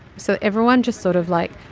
so everyone just sort of, like,